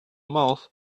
mouth